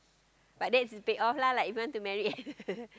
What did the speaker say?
but that is if is paid off lah like if you want to married